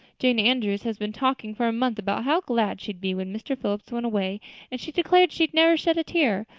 jane andrews has been talking for a month about how glad she'd be when mr. phillips went away and she declared she'd never shed a tear.